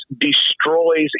destroys